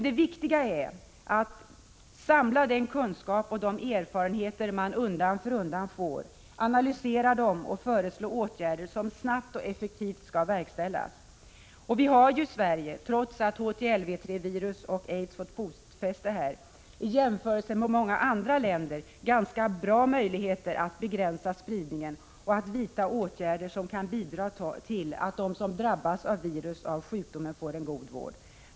Det viktiga är att samla den kunskap och de erfarenheter man undan för undan får, analysera dem och föreslå åtgärder som snabbt och effektivt skall verkställas. Vi har i Sverige — trots att HTLV-III-virus och aids fått fotfäste här — i jämförelse med många andra länder ganska bra möjligheter att begränsa spridningen och att vidta åtgärder som kan bidra till att de som drabbas av viruset och av sjukdomen får en god vård.